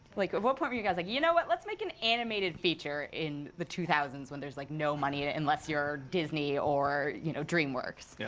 like what point were you guys like, you know what? let's make an animated feature in the two thousand s, when there's, like, no money in it, unless you're disney or you know dreamworks. yeah